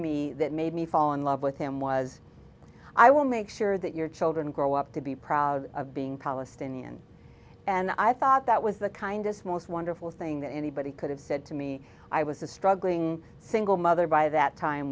me that made me fall in love with him was i will make sure that your children grow up to be proud of being palestinian and i thought that was the kindest most wonderful thing that anybody could have said to me i was a struggling single mother by that time